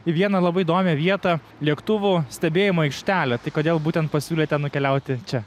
į vieną labai įdomią vietą lėktuvų stebėjimo aikštelę tai kodėl būtent pasiūlėte nukeliauti čia